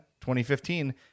2015